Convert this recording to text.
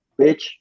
bitch